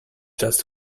just